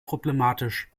problematisch